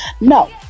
No